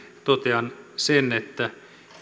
totean sen että